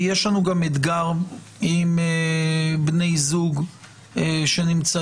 יש לנו גם אתגר עם בני זוג שנמצאים